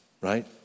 Right